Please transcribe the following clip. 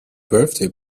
birthday